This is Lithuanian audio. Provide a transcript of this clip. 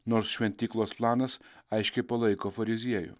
nors šventyklos planas aiškiai palaiko fariziejų